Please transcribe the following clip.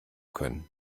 können